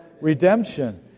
redemption